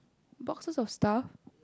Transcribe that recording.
boxes of stuff